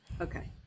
Okay